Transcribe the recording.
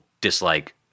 dislike